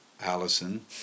Allison